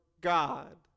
God